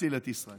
נציל את ישראל.